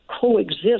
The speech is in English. coexist